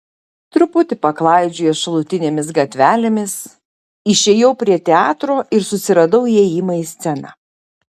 truputį paklaidžiojęs šalutinėmis gatvelėmis išėjau prie teatro ir susiradau įėjimą į sceną